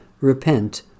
Repent